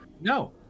No